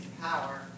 power